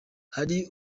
hari